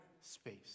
space